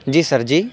جی sir جی